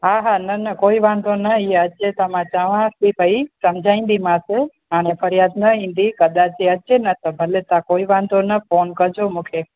हा हा न न कोई वांदो न इहा अचे त मां चवांसि थी पई सम्झाइंदी मासि हाणे फरियाद न ईंदी ख़बर बि अचे न त भले कोई वांदो न तव्हां फोन कजो मूंखे